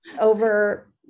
over